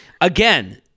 again